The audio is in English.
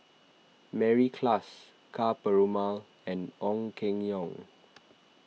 Mary Klass Ka Perumal and Ong Keng Yong